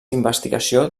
d’investigació